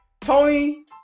Tony